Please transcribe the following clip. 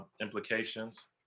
implications